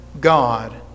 God